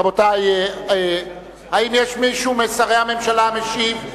רבותי, האם יש מישהו משרי הממשלה שמשיב?